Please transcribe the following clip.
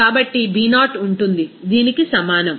కాబట్టి B0 ఉంటుంది దీనికి సమానం